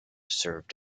served